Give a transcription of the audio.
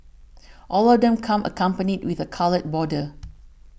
all of them come accompanied with a coloured border